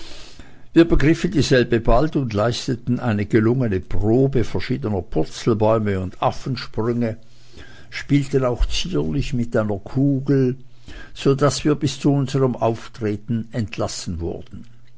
wir begriffen dieselbe bald und leisteten eine gelungene probe verschiedener purzelbäume und affensprünge spielten auch zierlich mit einer kugel so daß wir bis zu unserm auftreten entlassen wurden